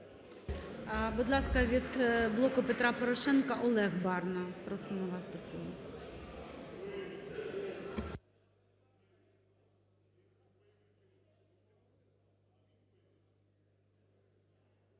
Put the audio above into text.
Будь ласка, від "Блоку Петра Порошенка" Олег Барна. Просимо вас до слова.